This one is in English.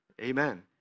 Amen